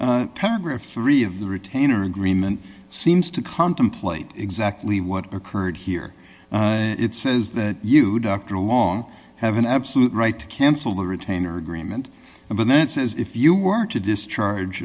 paragraph three of the retainer agreement seems to contemplate exactly what occurred here it says that you dr along have an absolute right to cancel the retainer agreement and when it says if you were to discharge